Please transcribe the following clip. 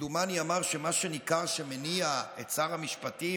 שכמדומני אמר שמה שניכר שמניע את שר המשפטים,